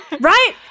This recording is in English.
Right